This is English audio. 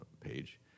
page